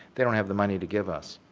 they don't have the money to give us,